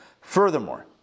Furthermore